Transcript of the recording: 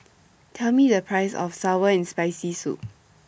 Tell Me The Price of Sour and Spicy Soup